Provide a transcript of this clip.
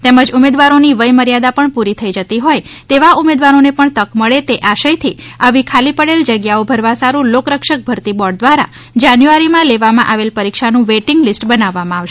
તેમજ ઉમેદવારોની વય મર્યાદા પણ પૂરી થઇ જતી હોઇ તેવા ઉમેદવારોને પણ તક મળે તે આશયથી આવી ખાલી પડેલ જગ્યાઓ ભરવા સારૂ લોકરક્ષક ભરતી બોર્ડ દ્વારા જાન્યુઆરીમાં લેવા માં આવેલ પરીક્ષાનું વેઇટીંગ લીસ્ટ બનાવવામાં આવશે